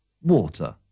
Water